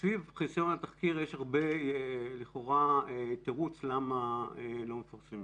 וסביב חיסיון התחקיר יש לכאורה תירוץ למה לא מפרסמים.